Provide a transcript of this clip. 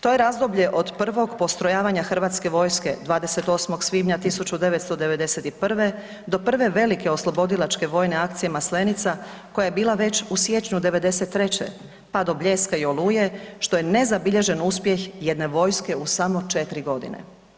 To je razdoblje od prvog postrojavanja hrvatske vojske 28. svibnja 1991. do prve velike oslobodilačke vojne akcije Maslenica koja je bila već u siječnju '93. pa do Bljeska i Oluje, što je nezabilježen uspjeh jedne vojske u samo 4 godina.